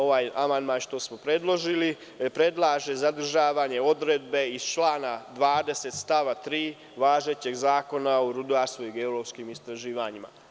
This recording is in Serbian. Ovaj amandman što smo predložili, predlaže zadržavanje odredbe iz člana 20. stav 3. važećeg Zakona o rudarstvu i geološkim istraživanjima.